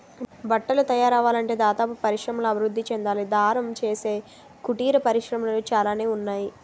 బట్టలు తయారవ్వాలంటే దారపు పరిశ్రమ అభివృద్ధి చెందాలి దారం చేసే కుటీర పరిశ్రమలు చాలానే ఉన్నాయి